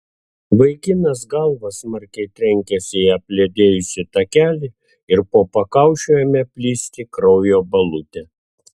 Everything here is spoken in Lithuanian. vaikinas galva smarkiai trenkėsi į apledėjusį takelį ir po pakaušiu ėmė plisti kraujo balutė